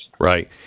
Right